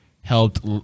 helped